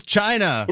China